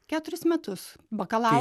keturis metus bakalau